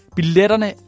Billetterne